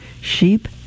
sheep